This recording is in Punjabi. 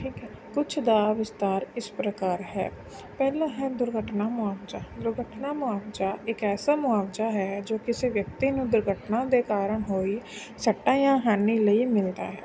ਠੀਕ ਹੈ ਕੁਛ ਦਾ ਵਿਸਤਾਰ ਇਸ ਪ੍ਰਕਾਰ ਹੈ ਪਹਿਲਾ ਹੈ ਦੁਰਘਟਨਾ ਮੁਆਵਜ਼ਾ ਦੁਰਘਟਨਾ ਮੁਆਵਜ਼ਾ ਇਕ ਐਸਾ ਮੁਆਵਜ਼ਾ ਹੈ ਜੋ ਕਿਸੇ ਵਿਅਕਤੀ ਨੂੰ ਦੁਰਘਟਨਾ ਦੇ ਕਾਰਨ ਹੋਈ ਸੱਟਾਂ ਜਾਂ ਹਾਨੀ ਲਈ ਮਿਲਦਾ ਹੈ